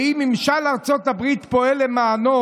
ואם ממשל ארצות הברית פועל למענו,